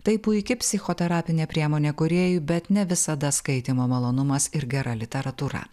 tai puiki psichoterapinė priemonė kūrėjui bet ne visada skaitymo malonumas ir gera literatūra